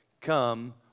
come